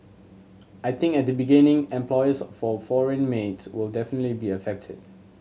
I think at the beginning employers for foreign maids will definitely be affected